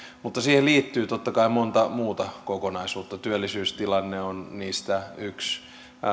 mutta siihen liittyy totta kai monta muuta kokonaisuutta työllisyystilanne on niistä yksi